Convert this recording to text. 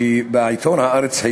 שהיום פורסם בעיתון "הארץ"